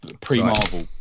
pre-Marvel